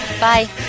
Bye